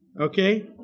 okay